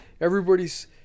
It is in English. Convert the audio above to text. everybody's